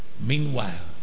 Meanwhile